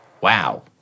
Wow